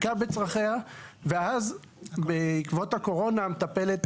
שיחקה בצרכיה ואז בעקבות הקורונה המטפלת